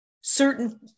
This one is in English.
certain